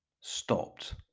stopped